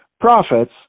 profits